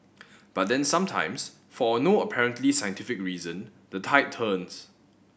but then sometimes for no apparently scientific reason the tide turns